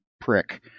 prick